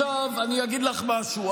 עכשיו אני אגיד לך משהו.